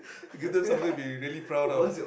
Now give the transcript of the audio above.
give them something we really proud of